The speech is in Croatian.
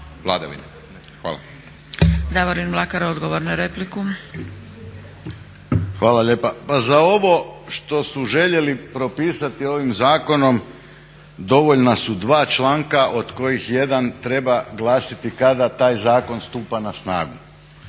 na repliku. **Mlakar, Davorin (HDZ)** Hvala lijepa. Pa za ovo što su željeli propisati ovim zakonom dovoljna su dva članka od kojih jedan treba glasiti kada taj zakon stupa na snagu.